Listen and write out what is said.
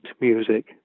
music